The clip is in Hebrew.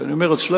אני אומר "אצלנו",